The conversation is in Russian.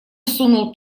сунул